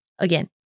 again